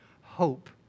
hope